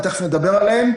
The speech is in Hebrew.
ותכף נדבר עליהן,